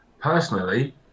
Personally